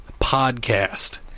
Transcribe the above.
podcast